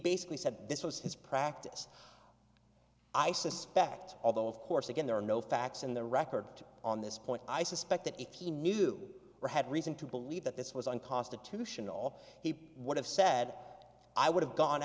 basically said this was his practice i suspect although of course again there are no facts in the record on this point i suspect that if he knew or had reason to believe that this was unconstitutional he would have sat i would have gone